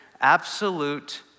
absolute